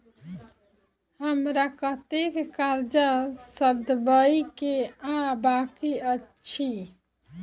हमरा कतेक कर्जा सधाबई केँ आ बाकी अछि?